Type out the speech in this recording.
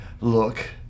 look